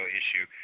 issue